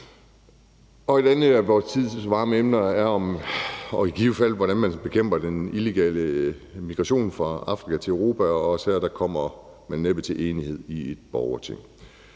Et andet af vor tids varme emner er, hvordan man bekæmper den illegale migration fra Afrika til Europa, og også her kommer man næppe til enighed i et borgerting.